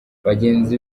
bagenzi